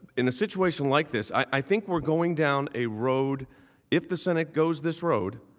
in a situation like this i think we are going down a road if the senate goes this road,